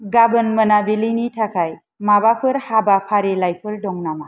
गाबोन मोनाबिलिनि थाखाय माबाफोर हाबा फारिलाइफोर दं नामा